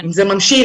זה ממשיך,